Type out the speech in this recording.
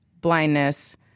blindness